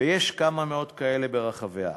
ויש כמה מאות כאלה ברחבי הארץ,